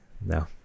no